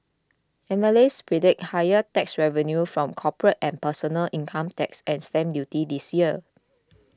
analysts predict higher tax revenue from corporate and personal income tax and stamp duty this year